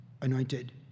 anointed